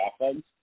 offense